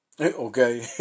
okay